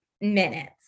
minutes